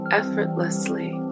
effortlessly